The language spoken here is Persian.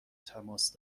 تماس